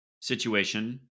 situation